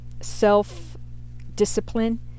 self-discipline